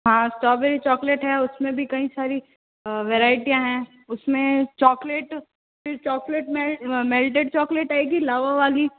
हाँ strawberry chocolate है उसमें भी कई सारी वेराइटियाँ हैं उसमें चॉकलेट फिर चॉकलेट मेलटेड चॉकलेट आएगी लावा वाली